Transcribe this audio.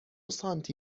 سانتی